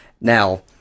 Now